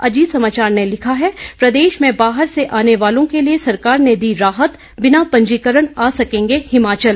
अजीत समाचार ने लिखा है प्रदेश में बाहर से आने वालों के लिए सरकार ने दी राहत बिना पंजीकरण आ सकेंगे हिमाचल